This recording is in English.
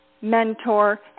mentor